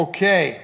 Okay